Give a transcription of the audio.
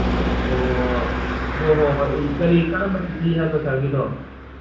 ꯑꯣ ꯍꯣꯏ ꯍꯣꯏ ꯍꯣꯏ ꯎꯝ ꯀꯔꯤ ꯀꯔꯝꯕ ꯇꯤ ꯚꯤ ꯍꯥꯏꯕ ꯁꯥꯔꯒꯤꯗꯣ